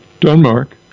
Denmark